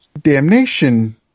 Damnation